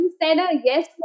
yes